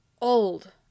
old